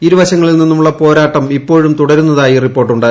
ഇരുവശങ്ങളിൽ നിന്നുമുള്ള പോരാട്ടം ഇപ്പോഴും തുടരുന്നതായി റിപ്പോർട്ടുണ്ട്